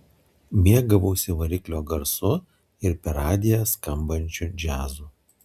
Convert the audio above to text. mėgavausi variklio garsu ir per radiją skambančiu džiazu